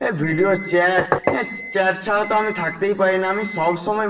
এ video chat chat ছাড়া তো আমি থাকতেই পারি না আমি সব সময়